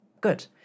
good